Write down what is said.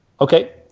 Okay